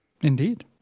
Indeed